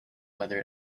whether